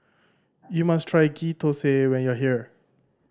you must try Ghee Thosai when you are here